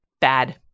bad –